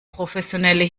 professionelle